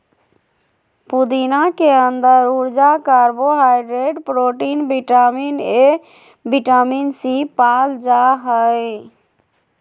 पुदीना के अंदर ऊर्जा, carbohydrate, protein, vitamin A, vitamin C, पाल जा हइ